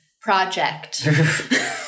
project